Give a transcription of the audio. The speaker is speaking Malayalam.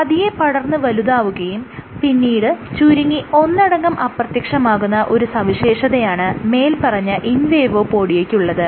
പതിയെ പടർന്ന് വലുതാവുകയും പിന്നീട് ചുരുങ്ങി ഒന്നടങ്കം അപ്രത്യക്ഷമാകുന്ന ഒരു സവിശേഷതയാണ് മേല്പറഞ്ഞ ഇൻവേഡോപോഡിയ്ക്ക് ഉള്ളത്